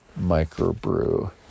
microbrew